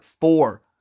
four